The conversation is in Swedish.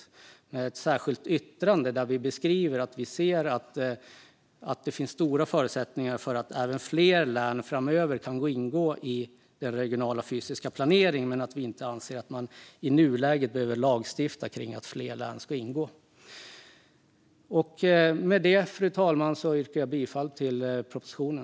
Vi har ett särskilt yttrande där vi skriver att vi ser att det finns stora förutsättningar för fler län framöver att ingå i den regionala fysiska planeringen, men att vi anser att man inte i nuläget behöver lagstifta om att fler län ska ingå. Med detta, fru talman, yrkar jag bifall till propositionen.